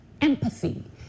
Empathy